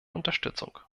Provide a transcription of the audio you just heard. unterstützung